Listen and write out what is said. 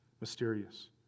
Mysterious